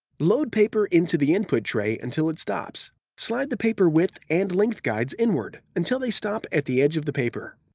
load paper into the input tray until it stops. slide the paper width and length guides inward until they stop at the edge of the paper.